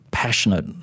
passionate